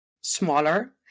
smaller